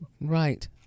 right